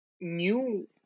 new